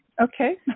Okay